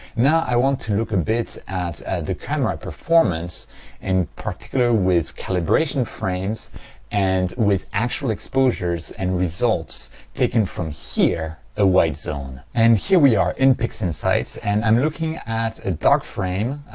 now i want to look a bit at the camera performance in particular with calibration frames and with actual exposures and results taken from here, a white zone. and here we are in pixinsight and i'm looking at a dark frame,